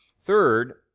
Third